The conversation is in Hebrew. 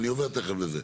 אני עובר תכף לזה.